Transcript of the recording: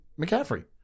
McCaffrey